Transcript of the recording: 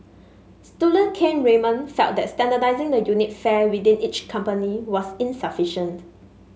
student Kane Raymond felt that standardising the unit fare within each company was insufficient